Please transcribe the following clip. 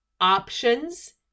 options